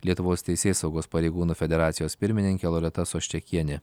lietuvos teisėsaugos pareigūnų federacijos pirmininkė loreta soščekienė